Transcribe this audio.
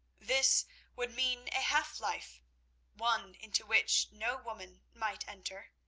this would mean a half-life one into which no woman might enter,